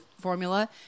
formula